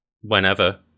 whenever